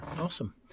Awesome